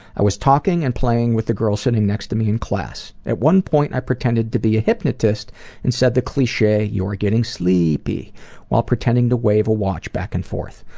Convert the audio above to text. i was talking and playing with the girl sitting next to me in class. at one point i pretended to be a hypnotist and said the cliche you are getting sleeeepy while pretending to wave a watch back and forth.